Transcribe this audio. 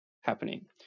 happening